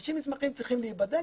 כשמגישים מסמכים, צריכים להיבדק